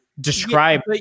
describe